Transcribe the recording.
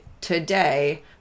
today